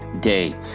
day